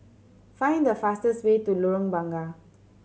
find the fastest way to Lorong Bunga